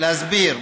להסביר,